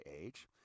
age